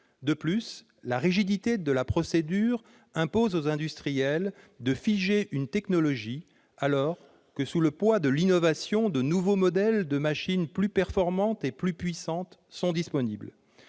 De plus, la rigidité de la procédure impose aux industriels de figer une technologie, alors que, grâce à l'innovation, de nouveaux modèles de machines plus performantes et plus puissantes sont disponibles.